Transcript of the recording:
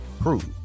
prove